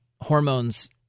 hormones